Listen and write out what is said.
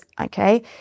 okay